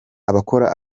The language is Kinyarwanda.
abakora